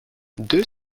deux